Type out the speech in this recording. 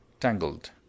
tangled